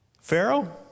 Pharaoh